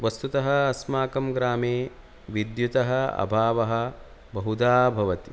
वस्तुतः अस्माकं ग्रामे विद्युतः अभावः बहुधा भवति